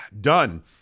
Done